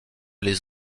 les